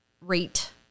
rate